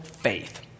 faith